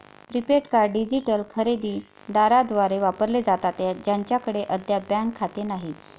prepaid card digital खरेदी दारांद्वारे वापरले जातात ज्यांच्याकडे अद्याप बँक खाते नाही